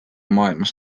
maailmas